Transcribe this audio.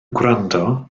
gwrando